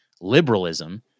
liberalism